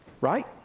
Right